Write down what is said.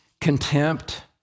contempt